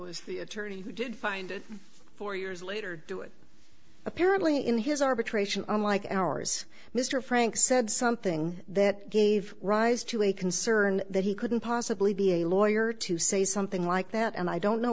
was the attorney who did find it four years later do it apparently in his arbitration unlike ours mr frank said something that gave rise to a concern that he couldn't possibly be a lawyer to say something like that and i don't know